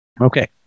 Okay